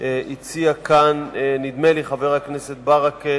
הציע כאן חבר הכנסת ברכה